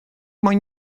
moyn